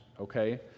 okay